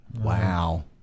Wow